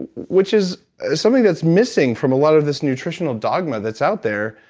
which is something that's missing from a lot of this nutritional dogma that's out there,